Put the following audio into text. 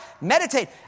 Meditate